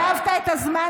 אתה גנבת את הזמן שלי.